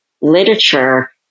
literature